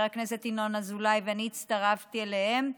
הכנסת ינון אזולאי ואני הצטרפתי אליהם.